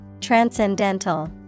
Transcendental